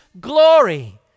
glory